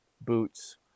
boots